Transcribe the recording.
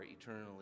eternally